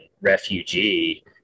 refugee